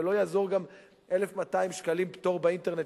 וגם לא יעזרו 1,200 שקלים פטור על קניות באינטרנט,